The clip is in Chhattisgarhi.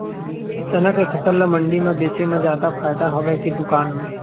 चना के फसल ल मंडी म बेचे म जादा फ़ायदा हवय के दुकान म?